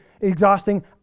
exhausting